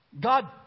God